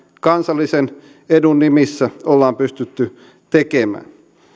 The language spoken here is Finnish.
kansallisen edun nimissä ollaan pystytty tekemään